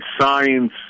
science